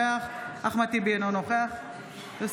אינו נוכח משה טור פז,